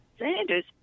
Sanders